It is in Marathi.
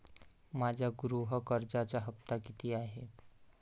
माझ्या गृह कर्जाचा हफ्ता किती आहे?